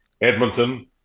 Edmonton